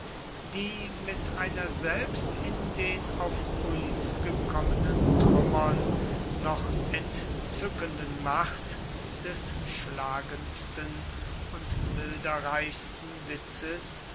die mit einer selbst in den auf uns gekommenen trümmern noch entzückenden macht des schlagendsten und bilderreichsten witzes